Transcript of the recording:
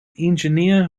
engineer